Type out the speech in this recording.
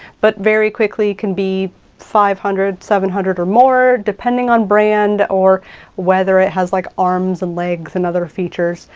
but very quickly can be five hundred, seven hundred or more, depending on brand or whether it has like arms and legs and other features.